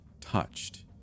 touched